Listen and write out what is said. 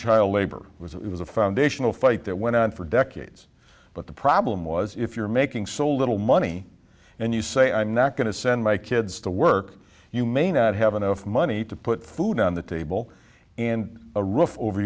child labor which it was a foundational fight that went on for decades but the problem was if you're making so little money and you say i'm not going to send my kids to work you may not have enough money to put food on the table and a roof over